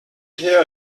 hier